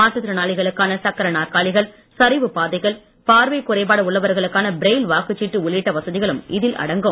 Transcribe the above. மாற்றுத்திறனாளிகளுக்கான சக்கர நாற்காலிகள் சரிவுப் பாதைகள் பார்வைக் குறைபாடு உள்ளவர்களுக்கான பிரைய்ல் வாக்குச் சீட்டு உள்ளிட்ட வசதிகளும் இதில் அடங்கும்